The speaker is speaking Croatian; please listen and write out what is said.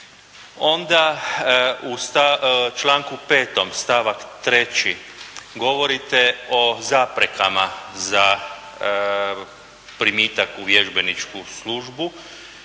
Onda, u članku 5. stavak 3. govorite o zaprekama za primitak u vježbeničku službu